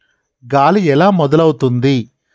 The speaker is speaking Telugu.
గాలి ఎలా మొదలవుతుంది?